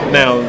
now